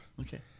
Okay